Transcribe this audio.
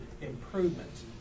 improvements